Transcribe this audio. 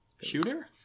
Shooter